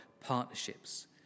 partnerships